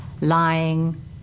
lying